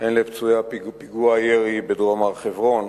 הן לפצועי פיגוע הירי בדרום הר-חברון